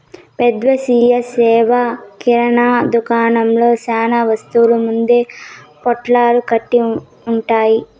పెద్ద స్వీయ సేవ కిరణా దుకాణంలో చానా వస్తువులు ముందే పొట్లాలు కట్టి ఉంటాయి